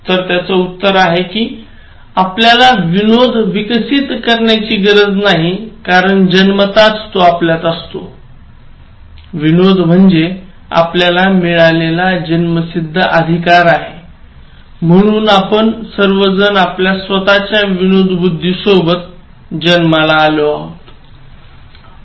तर त्याच उत्तर आहे कि आपल्याला विनोद विकसित करण्याची गरज नाही कारण जन्मतःच तो आपल्यात असतो विनोद म्हणजे आपल्याला मिळालेला जन्मसिद्ध अधिकार म्हणून आपण सर्वजण आपल्या स्वतःच्या विनोदबुद्धीसोबत जन्माला आलो आहोत